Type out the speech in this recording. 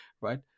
Right